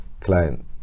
client